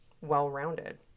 well-rounded